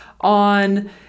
on